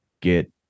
get